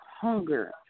hunger